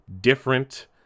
different